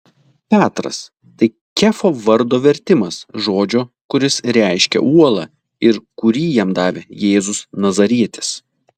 petras tai kefo vardo vertimas žodžio kuris reiškia uolą ir kurį jam davė jėzus nazarietis